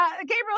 Gabriel